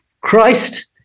Christ